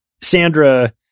Sandra